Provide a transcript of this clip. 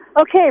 okay